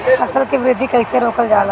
फसल के वृद्धि कइसे रोकल जाला?